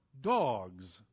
dogs